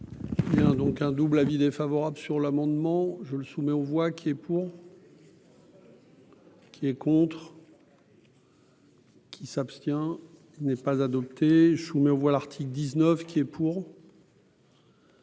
Alors donc un double avis défavorable sur l'amendement je le soumets aux voix qui est pour. Qui est contre. Qui s'abstient n'est pas adopté chou mais voit l'article 19 qui est pour.